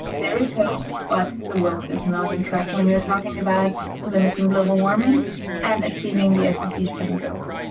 there's hope, but the world is not on track when you're talking about limiting global warming and achieving the s d g seven goals.